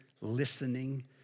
listening